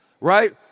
Right